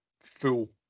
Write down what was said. full